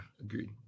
agreed